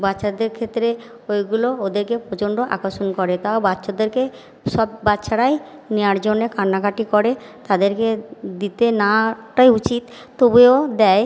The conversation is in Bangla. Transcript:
বাচ্ছাদের ক্ষেত্রে ওইগুলো ওদেরকে প্রচণ্ড আকর্ষণ করে তাও বাচ্চাদেরকে সব বাচ্ছারাই নেওয়ার জন্যে কান্নাকাটি করে তাদেরকে দিতে নাটা উচিৎ তবুয়েও দেয়